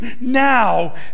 now